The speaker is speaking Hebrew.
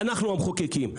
אנחנו המחוקקים.